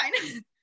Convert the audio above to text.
fine